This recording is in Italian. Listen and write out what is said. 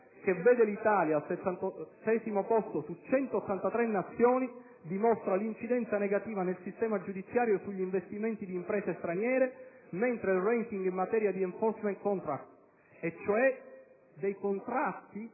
che vede l'Italia al 78° posto su 183 Nazioni, dimostra l'incidenza negativa del sistema giudiziario sugli investimenti di imprese straniere, mentre il *ranking* in materia di *enforcing contracts*, ossia dei contratti,